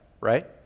right